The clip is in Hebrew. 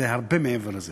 זה הרבה מעבר לזה.